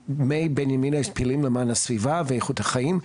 מבנימינה יש פעילים למען הסביבה ואיכות החיים.